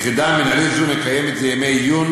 יחידה מינהלית זו מקיימת ימי עיון,